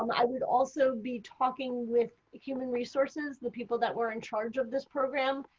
um i would also be talking with human resources, the people that were in charge of this program,